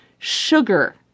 sugar